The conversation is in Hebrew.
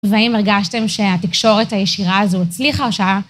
והאם הרגשתם שהתקשורת הישירה הזו הצליחה עכשיו?